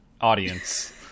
Audience